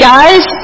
Guys